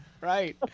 right